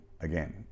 again